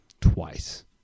twice